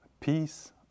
peace